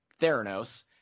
Theranos